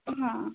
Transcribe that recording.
ಹಾಂ